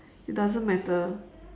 it doesn't matter